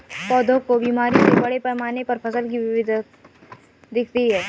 पौधों की बीमारी से बड़े पैमाने पर फसल की विफलता दिखती है